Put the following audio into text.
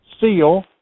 seal